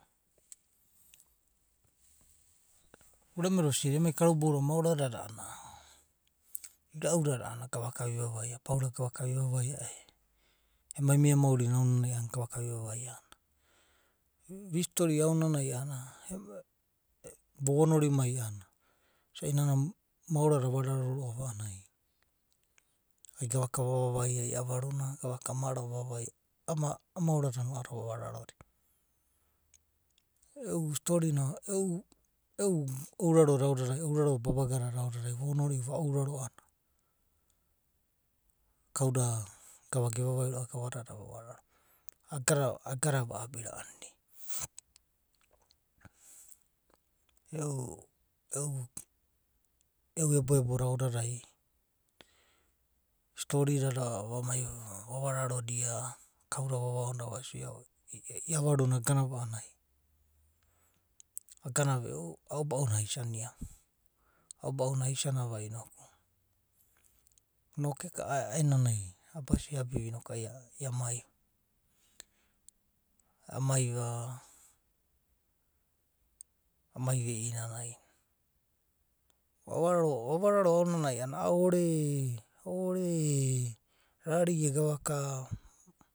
Urame da osidi. emai karubou da maora dada a’anana iraudada a’anana iraudada a’anana govaka vi vavaia, paura gavaka vi vavaia e. emai mia mauri na aonanai a’anana gavaka vi vavaia. Vi story aonanai a’anana vo’onori. Mai a’anana, isai nana maora da ava rarova a’anai, gavaka vavaia iavaruna, gavaka varaia mara na. A’a maora da no ava raro roa’va. E’u story e’u ouraro da aodadai. e’u ouradoda, e’u ouradoda. baba gada vo’onoriu va’ouraro a’anana karnda gava gava vai roa’va gava dada ava raro ro ava. aga dada a’abi ra’a roa’va. E’u. e’u. e’u ebo ebo da aodadai story dada vamai vana raro dia, kau da vava onida vasia. iavaru na aga nava anai agana va aobau’una ai sari ava. ao baou’una aisani ava noku a’aenanai abasi abiu a noku amoi va. amai va ia ina nai. Vava raroa a’ananai a’a ore eh. rari eh gavaka.